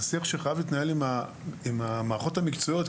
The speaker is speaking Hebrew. זה שיח שחייב להתנהל עם המערכות המקצועיות,